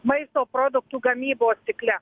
maisto produktų gamybos cikle